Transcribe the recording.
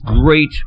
Great